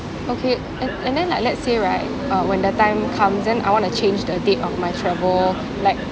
okay and and then like let's say right uh when the time comes then I want to change the date of my travel like